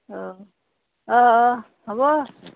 অঁ অঁ অঁ হ'ব